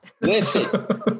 Listen